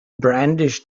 brandished